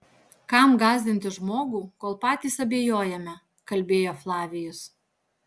kam gąsdinti žmogų kol patys abejojame kalbėjo flavijus